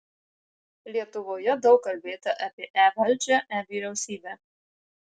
lietuvoje daug kalbėta apie e valdžią e vyriausybę